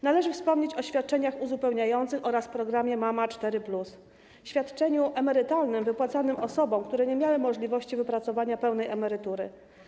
Należy wspomnieć o świadczeniach uzupełniających oraz programie „Mama 4+” - świadczeniu emerytalnym wypłacanym osobom, które nie miały możliwości wypracowania pełnej emerytury.